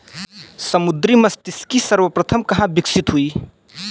समुद्री मत्स्यिकी सर्वप्रथम कहां विकसित हुई?